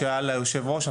שאל היושב ראש,